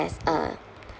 as a